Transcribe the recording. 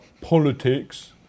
politics